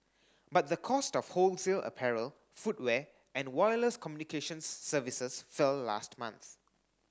but the cost of wholesale apparel footwear and wireless communications services fell last month